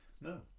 no